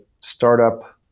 startup